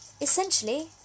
essentially